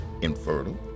infertile